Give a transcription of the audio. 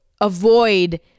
avoid